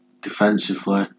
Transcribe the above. defensively